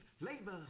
labor